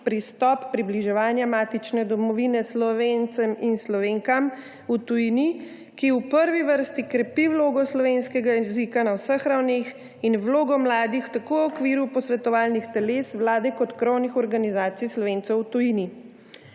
pristop približevanja matične domovine Slovencem in Slovenkam v tujini, ki v prvi vrsti krepi vlogo slovenskega jezika na vseh ravneh in vlogo mladih tako v okviru posvetovalnih teles vlade kot krovnih organizacij Slovencev v tujini.